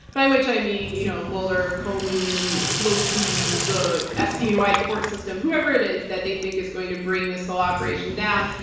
by which i mean you know mueller, comey, pelosi, the sdny like court system, whoever it is that they think is going to bring this whole operation down,